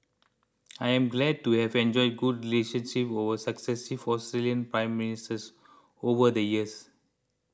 I am glad to have enjoyed good relations with successive for Australian Prime Ministers over the years